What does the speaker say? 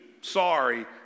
Sorry